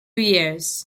years